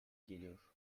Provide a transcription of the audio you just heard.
geliyor